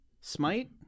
Smite